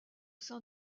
sein